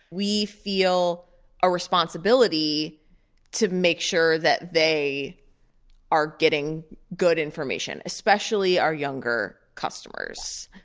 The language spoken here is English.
we feel a responsibility to make sure that they are getting good information, especially our younger customers.